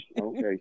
Okay